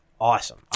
awesome